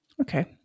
Okay